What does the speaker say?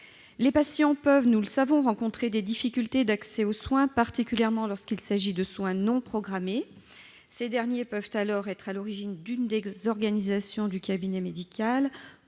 les patients peuvent rencontrer des difficultés d'accès aux soins, particulièrement lorsqu'il s'agit de soins non programmés. Ces derniers sont parfois à l'origine d'une désorganisation du cabinet médical